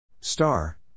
Star